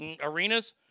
arenas